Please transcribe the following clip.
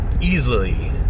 easily